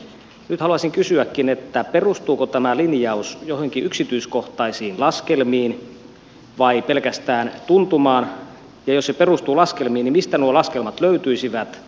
nyt haluaisinkin kysyä perustuuko tämä linjaus joihinkin yksityiskohtaisiin laskelmiin vai pelkästään tuntumaan ja jos se perustuu laskelmiin mistä nuo laskelmat löytyisivät